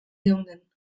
geunden